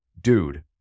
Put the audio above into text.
dude